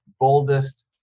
boldest